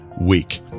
week